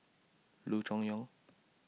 Loo Choon Yong